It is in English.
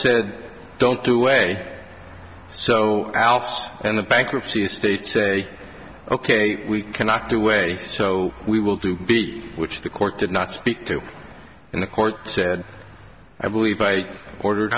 said don't do away so alf's and the bankruptcy estate say ok we cannot do way so we will do b which the court did not speak to and the court said i believe i ordered